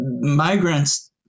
migrants